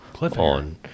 on